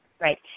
Right